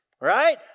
Right